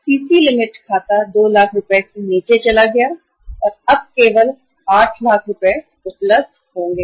CC limit खाता 2 लाख से नीचे चला गया है रुपये और अब केवल 8 लाख रुपये उपलब्ध होंगे